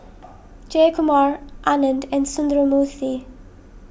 Jayakumar Anand and Sundramoorthy